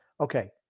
Okay